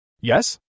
Yes